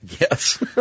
Yes